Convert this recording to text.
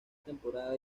temporada